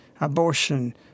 abortion